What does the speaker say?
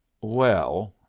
well,